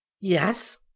Yes